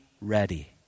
ready